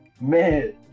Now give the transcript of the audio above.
man